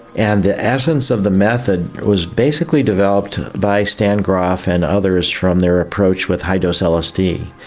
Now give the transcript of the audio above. and the essence of the method was basically developed by stan grof and others from their approach with high dose lsd,